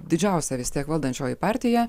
didžiausia vis tiek valdančioji partija